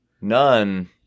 None